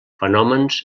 fenòmens